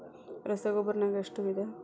ರಸಗೊಬ್ಬರ ನಾಗ್ ಎಷ್ಟು ವಿಧ?